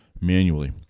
manually